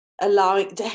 allowing